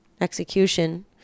execution